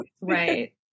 right